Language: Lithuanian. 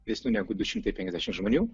didesnių negu du šimtai penkiasdešimt žmonių